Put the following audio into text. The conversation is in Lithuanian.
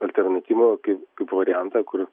alternatyvą kaip variantą kur